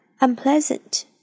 Unpleasant